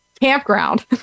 campground